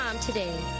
today